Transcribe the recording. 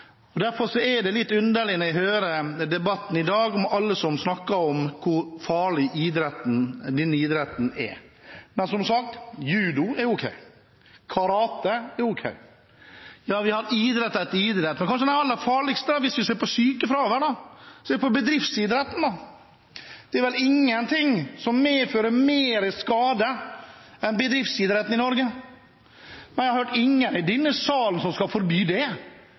slag. Derfor er det litt underlig når jeg hører alle som i debatten i dag snakker om hvor farlig denne idretten er. Som sagt, judo er ok, karate er ok – vi har idrett etter idrett. Men kanskje den aller farligste – hvis vi ser på sykefraværet – er bedriftsidretten. Det er vel ingen idrett i Norge som medfører flere skader enn bedriftsidretten. Jeg har ikke hørt noen i denne sal som vil forby den, men der er det